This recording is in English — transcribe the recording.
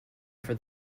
for